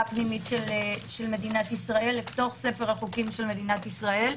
פנימית של מדינת ישראל לתוך ספר החוקים של מדינת ישראל,